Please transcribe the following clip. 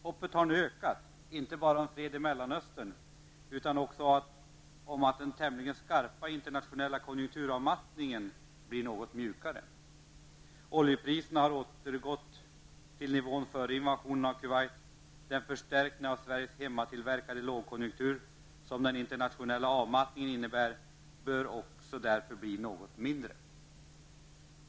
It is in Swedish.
Hoppet har nu ökat, inte bara om fred i Mellanöstern, utan också om att den tämligen skarpa internationella konjunkturavmattningen blir något mjukare. Oljepriserna ha återgått till nivån före invasionen av Kuwait. Den förstärkning av Sveriges hemmatillverkade lågkonjunktur som den internationella avmattningen innebär bör därför nu bli något mindre.